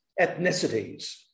ethnicities